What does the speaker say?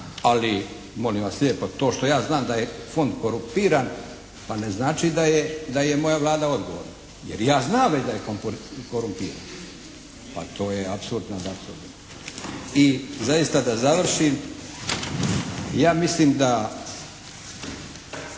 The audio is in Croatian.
ali molim vas lijepo to što ja znam da je Fond korumpiran pa ne znači da je, da je moja Vlada odgovorna. Jer ja znam već da je korumpirana." Pa to je apsurd nad apsurdima. I zaista da završim. Ja mislim da